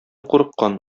курыккан